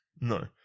No